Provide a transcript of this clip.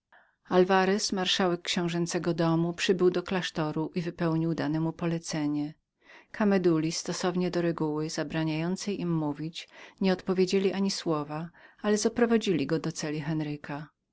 alwarez marszałek książęcego domu przybył do klasztoru i wypełnił dane mu polecenie kameduły stosownie do reguły zabraniającej im mówić nie odpowiedzieli ani słowa ale zaprowadzili go do celi henryka